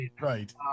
Right